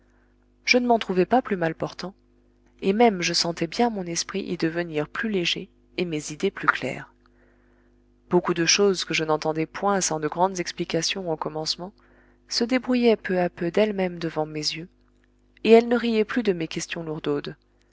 je ne m'en trouvais pas plus mal portant et même je sentais bien mon esprit y devenir plus léger et mes idées plus claires beaucoup de choses que je n'entendais point sans de grandes explications au commencement se débrouillaient peu à peu d'elles-mêmes devant mes yeux et elle ne riait plus de mes questions lourdaudes